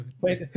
Wait